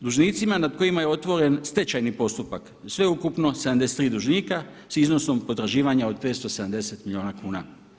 Dužnicima nad kojima je otvoren stečajni postupak sveukupno 73 dužnika s iznosom potraživanja od 570 milijuna kuna.